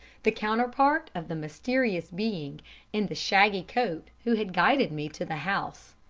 the counterpart of the mysterious being in the shaggy coat who had guided me to the house.